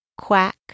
quack